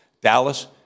Dallas